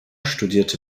studierte